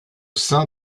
sein